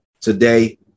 today